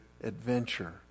adventure